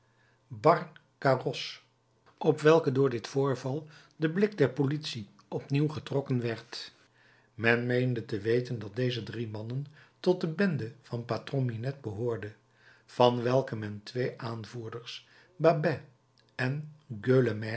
barre carrosse op welke door dit voorval de blik der politie opnieuw getrokken werd men meende te weten dat deze drie mannen tot de bende van patron minette behoorden van welke men twee aanvoerders babet en